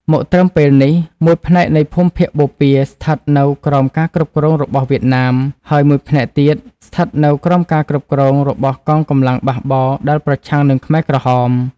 មកត្រឹមពេលនេះ មួយផ្នែកនៃភូមិភាគបូព៌ាស្ថិតនៅក្រោមការគ្រប់គ្រងរបស់វៀតណាម ហើយមួយផ្នែកទៀតស្ថិតនៅក្រោមការគ្រប់គ្រងរបស់កងកម្លាំងបះបោរដែលប្រឆាំងនឹងខ្មែរក្រហម។